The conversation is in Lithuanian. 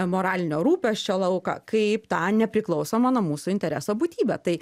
moralinio rūpesčio lauką kaip tą nepriklausomą nuo mūsų intereso būtybę tai